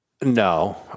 No